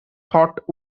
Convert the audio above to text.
thought